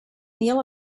neal